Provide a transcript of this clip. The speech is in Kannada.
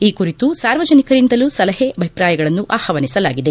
ಈ ಕುರಿತು ಸಾರ್ವಜನಿಕರಿಂದಲೂ ಸಲಹೆ ಅಭಿಪ್ರಾಯಗಳನ್ನು ಆಹ್ವಾನಿಸಲಾಗಿದೆ